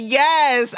yes